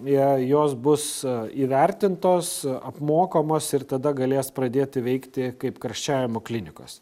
jie jos bus įvertintos apmokomos ir tada galės pradėti veikti kaip karščiavimo klinikos